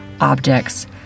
objects